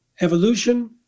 evolution